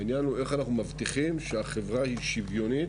איך אנחנו מבטיחים שהחברה היא שוויונית